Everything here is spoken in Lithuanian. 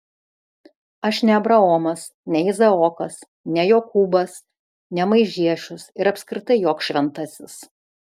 aš ne abraomas ne izaokas ne jokūbas ne maižiešius ir apskritai joks šventasis